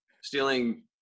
stealing